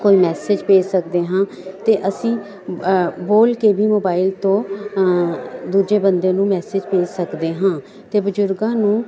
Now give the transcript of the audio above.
ਕੋਈ ਮੈਸੇਜ ਭੇਜ ਸਕਦੇ ਹਾਂ ਅਤੇ ਅਸੀਂ ਬੋਲ ਕੇ ਵੀ ਮੋਬਾਈਲ ਤੋਂ ਦੂਜੇ ਬੰਦੇ ਨੂੰ ਮੈਸੇਜ ਭੇਜ ਸਕਦੇ ਹਾਂ ਅਤੇ ਬਜ਼ੁਰਗਾਂ ਨੂੰ